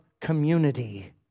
community